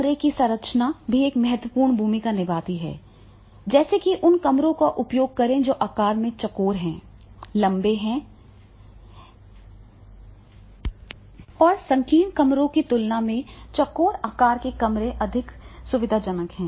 कमरे की संरचना भी एक महत्वपूर्ण भूमिका निभाती है जैसे कि उन कमरों का उपयोग करें जो आकार में चौकोर हैं लंबे और संकीर्ण कमरों की तुलना में चौकोर आकार के कमरे अधिक सुविधाजनक हैं